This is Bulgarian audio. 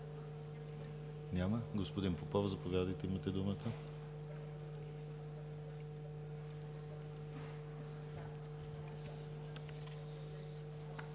Няма. Господин Попов, заповядайте – имате думата.